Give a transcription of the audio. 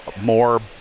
more